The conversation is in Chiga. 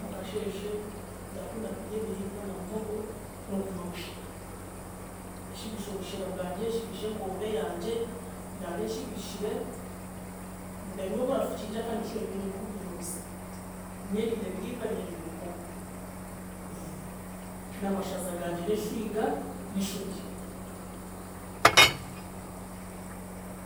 Mukasheeshe ndakunda kurya ebiriibwa na muhogo n'okunywa obushera. Ndashigisha obushera bwangye nshigishe enkombe yangye ndaare nshigishire, ndanywa oburafukiirira kandi nshube nywe n'enkombe eroosa, nyeriire ebiriibwa nyeriire muhogo. Namashaza gangye n'eshwiga n'eshogye.